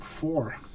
four